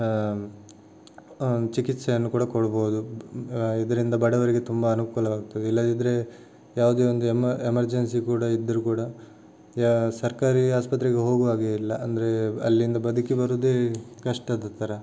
ಚಿಕಿತ್ಸೆಯನ್ನು ಕೂಡ ಕೊಡ್ಬೋದು ಇದರಿಂದ ಬಡವರಿಗೆ ತುಂಬ ಅನುಕೂಲವಾಗ್ತದೆ ಇಲ್ಲದಿದ್ದರೆ ಯಾವುದೇ ಒಂದು ಎಮ ಎಮರ್ಜೆನ್ಸಿ ಕೂಡ ಇದ್ದರೂ ಕೂಡ ಸರ್ಕಾರಿ ಆಸ್ಪತ್ರೆಗೆ ಹೋಗುವಾಗೆ ಇಲ್ಲ ಅಂದರೆ ಅಲ್ಲಿಂದ ಬದುಕಿ ಬರುವುದೇ ಕಷ್ಟದ ಥರ